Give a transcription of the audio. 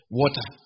water